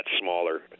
smaller